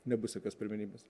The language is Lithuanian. nebus jokios pirmenybės